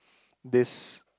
this